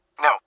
No